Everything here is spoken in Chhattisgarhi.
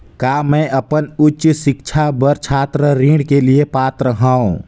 का मैं अपन उच्च शिक्षा बर छात्र ऋण के लिए पात्र हंव?